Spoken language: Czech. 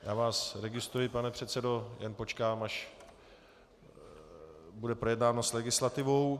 Já vás registruji, pane předsedo, jen počkám, až bude projednáno s legislativou.